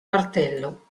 martello